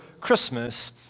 Christmas